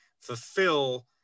fulfill